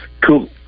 Cool